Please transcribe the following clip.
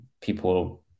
people